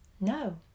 No